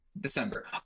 December